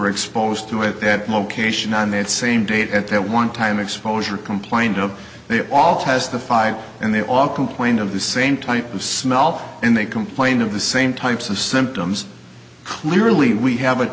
were exposed to it that location on that same date at that one time exposure complained of they off as the five and they all complained of the same type of smell and they complain of the same types of symptoms clearly we have a